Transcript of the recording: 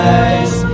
eyes